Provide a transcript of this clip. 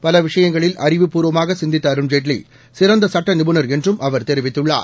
பல விஷயங்களில் அறிவுப்பூர்வமாக சிந்தித்த அருண்ஜேட்லி சிறந்த சுட்ட நிபுணர் என்றும் அவர் கெரிவிக்குள்ளார்